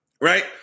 right